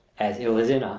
as iliniza,